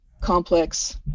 complex